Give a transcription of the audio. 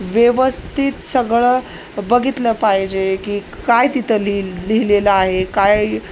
व्यवस्थित सगळं बघितलं पाहिजे की काय तिथं लि लिहिलेलं आहे काय